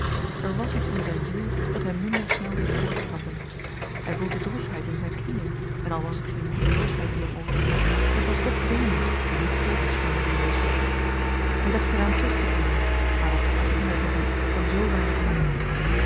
er was iets in zyn ziel dat hem minder snel deed voortstappen hy voelde droefheid in zyn knieën en al was t geen moedeloosheid die hem overviel het was toch weemoed die niet ver is van moedeloosheid hy dacht er aan terugtekeeren maar wat zou adinda zeggen van z weinig hart